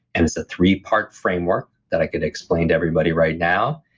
and it's a three-part framework that i could explain to everybody right now,